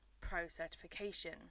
pro-certification